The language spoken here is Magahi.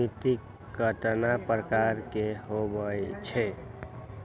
मिट्टी कतना प्रकार के होवैछे?